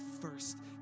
first